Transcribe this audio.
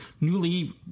newly